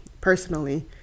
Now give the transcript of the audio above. personally